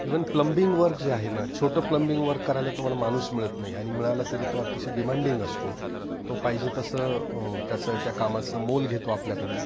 even plumbing work जे आहे ना छोटं प्लंबिंग वर्क करायला तुम्हाला माणूस मिळत नाही आणि मिळाला तरी तो अतिशय डिमांडिंग असतो तो पाहिजे तसं त्याचं त्या कामाचं मोल घेतो आपल्याकडून